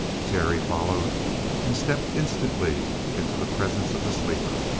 terry followed and stepped instantly into the presence of the sleeper.